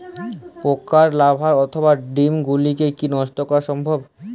পোকার লার্ভা অথবা ডিম গুলিকে কী নষ্ট করা সম্ভব?